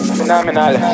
Phenomenal